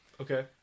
Okay